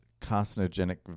carcinogenic